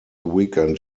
weekend